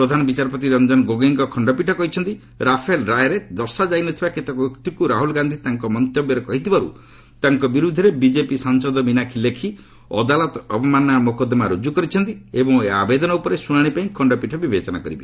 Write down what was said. ପ୍ରଧାନ ବିଚାରପତି ରଞ୍ଜନ ଗୋଗୋଇଙ୍କ ଖଣ୍ଡପୀଠ କହିଛନ୍ତି ରାଫେଲ୍ ରାୟରେ ଦର୍ଶାଯାଇ ନ ଥିବା କେତେକ ଉକ୍ତିକୁ ରାହୁଲ୍ ଗାନ୍ଧି ତାଙ୍କ ମନ୍ତବ୍ୟରେ କହିଥିବାରୁ ତାଙ୍କ ବିରୁଦ୍ଧରେ ବିଜେପି ସାଂସଦ ମୀନାକ୍ଷୀ ଲେଖି ଅଦାଲତ ଅବମାନନା ମୋକଦ୍ଦମା ରୁଜୁ କରିଛନ୍ତି ଏବଂ ଏହି ଆବେଦନ ଉପରେ ଶୁଣାଣି ପାଇଁ ଖଖପୀଠ ବିବେଚନା କରିବ